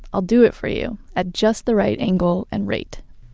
i'll do it for you at just the right angle and rate.